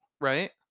right